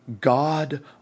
God